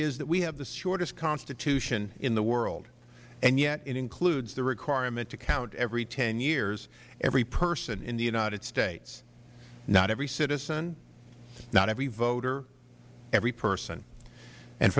is that we have the shortest constitution in the world and yet it includes the requirement to count every ten years every person in the united states not every citizen not every voter every person